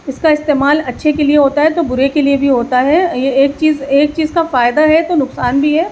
اس کا استعمال اچھے کے لیے ہوتا ہے تو برے کے لیے بھی ہوتا ہے یہ ایک چیز ایک چیز کا فائدہ ہے تو نقصان بھی ہے